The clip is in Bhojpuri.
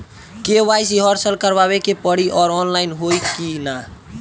के.वाइ.सी हर साल करवावे के पड़ी और ऑनलाइन होई की ना?